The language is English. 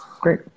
Great